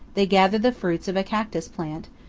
they gather the fruits of a cactus plant,